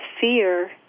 fear